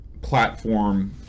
platform